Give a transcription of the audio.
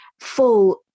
full